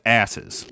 asses